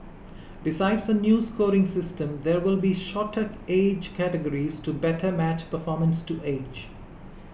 besides a new scoring system there will be shorter age categories to better match performance to age